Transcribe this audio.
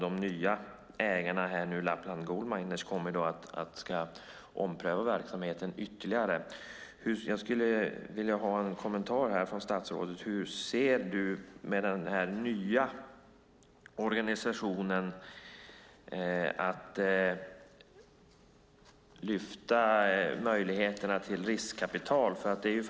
De nya ägarna, Lappland Goldminers, kommer att ompröva verksamheten ytterligare. Jag skulle vilja ha en kommentar från statsrådet om hur han ser på den nya organisationen och möjligheterna till riskkapital.